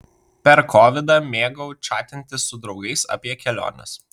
per kovidą mėgau čatinti su draugais apie keliones